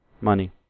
Money